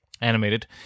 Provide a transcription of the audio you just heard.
animated